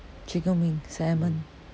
chicken wing salmon